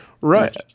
Right